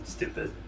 Stupid